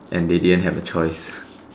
and they didn't have a choice